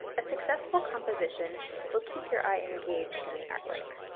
a successful composition will keep your eye engaged in the artwork.